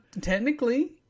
technically